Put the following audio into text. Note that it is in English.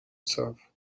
itself